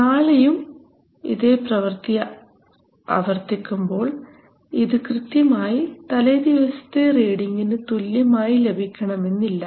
നാളെയും ഇതേ പ്രവർത്തി ആവർത്തിക്കുമ്പോൾ ഇത് കൃത്യമായി തലേദിവസത്തെ റീഡിംഗിന് തുല്യമായി ലഭിക്കണമെന്ന് ഇല്ല